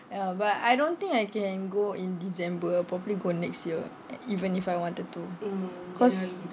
ya but I don't think I can go in december properly go next year even if I wanted to cause